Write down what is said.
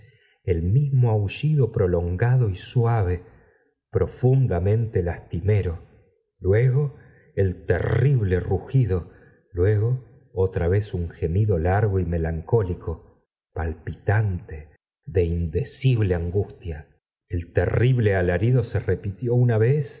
el mismo aullido prolongado y suave profundamente lastimero luego el terrible rugido luego otra vez un gemido largo y melancólico palpitante de indecible angustia el terrible alarido se repitió una vez